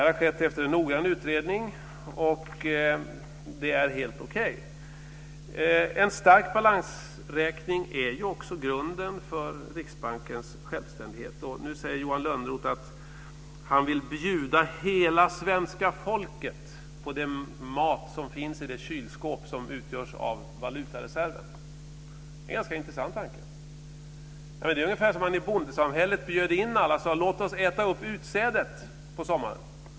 Det har skett efter en noggrann utredning. Det är helt okej. En stark balansräkning är också grunden för Riksbankens självständighet. Nu säger Johan Lönnroth att han vill bjuda hela svenska folket på den mat som finns i det kylskåp som utgörs av valutareserven. Det är en ganska intressant tanke. Det är ungefär som om man i bondesamhället bjöd in alla och sade: Låt oss äta upp utsädet på sommaren.